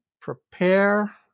prepare